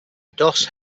doss